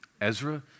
Ezra